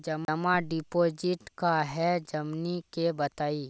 जमा डिपोजिट का हे हमनी के बताई?